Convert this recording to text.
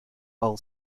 all